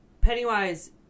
Pennywise